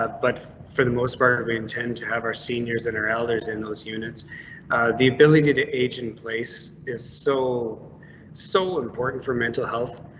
ah but for the most part of being tend to have our seniors in our elders. in those units the ability to age in place. is so so important for mental health?